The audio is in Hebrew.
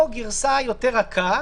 או גרסה רכה יותר.